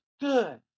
good